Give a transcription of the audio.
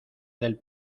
del